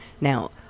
Now